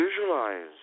Visualize